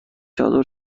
چادر